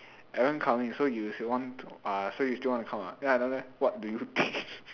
Alan coming so you still want to uh so still want to come ah then I down there what do you think